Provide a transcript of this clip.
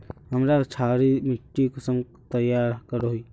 हमार क्षारी मिट्टी कुंसम तैयार करोही?